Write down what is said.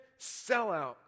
sellout